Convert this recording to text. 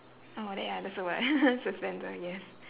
oh that ya that's the word suspenders yes